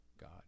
God